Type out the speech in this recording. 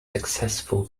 successful